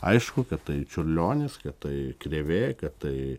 aišku kad tai čiurlionis kad tai krėvė kad tai